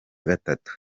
gatatu